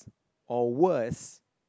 or worse